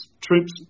troops